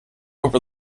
over